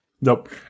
Nope